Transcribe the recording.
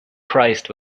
christ